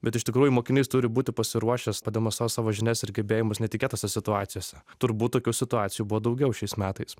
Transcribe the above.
bet iš tikrųjų mokinys turi būti pasiruošęs pademonstruot savo žinias ir gebėjimus netikėtose situacijose turbūt tokių situacijų buvo daugiau šiais metais